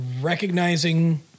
recognizing